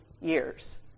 years